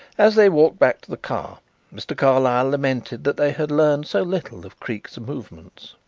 as they walked back to the car mr. carlyle lamented that they had learned so little of creake's movements.